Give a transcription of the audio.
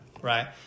right